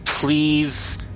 Please